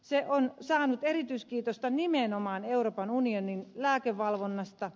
se on saanut erityiskiitosta nimenomaan euroopan unionin lääkevalvonnasta